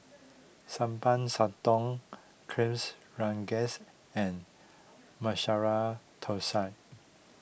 Sambal Sotong Kuihs Rengas and Masala Thosai